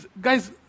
Guys